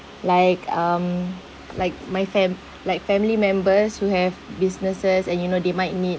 like um like my fam~ like family members who have businesses and you know they might need